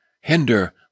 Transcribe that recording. hinder